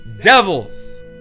devils